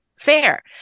Fair